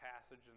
passage